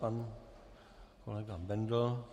Pan kolega Bendl.